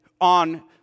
on